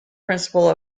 principle